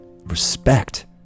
respect